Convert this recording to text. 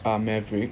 ah maverick